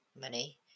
money